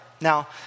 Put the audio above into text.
Now